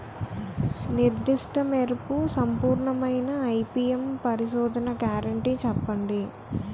నిర్దిష్ట మెరుపు సంపూర్ణమైన ఐ.పీ.ఎం పరిశోధన గ్యారంటీ చెప్పండి?